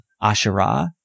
Asherah